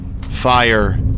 Fire